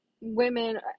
women